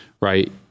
Right